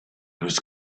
was